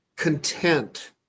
content